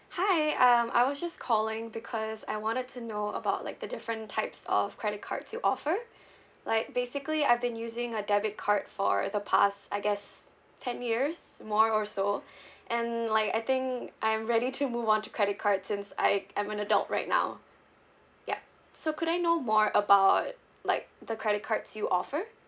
hi um I was just calling because I wanted to know about like the different types of credit cards you offer like basically I've been using a debit card for the past I guess ten years more or so and like I think I'm ready to move on to credit card since I I'm an adult right now yup so could I know more about like the credit cards you offer